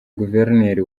guverineri